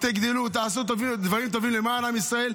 תגדלו, תביאו דברים טובים למען עם ישראל.